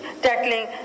tackling